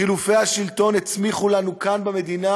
חילופי השלטון הצמיחו לנו כאן במדינה